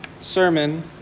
sermon